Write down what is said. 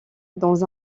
dans